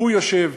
הוא יושב,